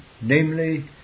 namely